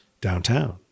downtown